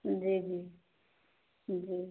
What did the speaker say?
जी जी जी